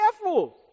careful